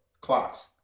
Clocks